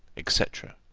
etc.